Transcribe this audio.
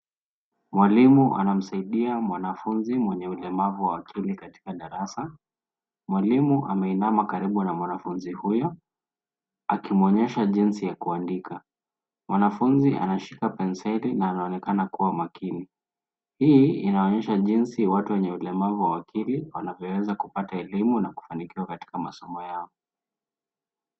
Mwalimu anamsaidia mwanafunzi mwenye ulemavu wa akili katika darasa. Mwalimu ameinama karibu na mwanafunzi huyo akimuonyesha jinsi ya kuandika. Mwanafunzi anashika penseli na anaoneka kuwa makini. Hili inaonesha jinsi watu wenye ulemavu wa akili wanavyowezaa kupata elimu na kufanikiwa katika masomo yao.